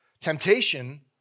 Temptation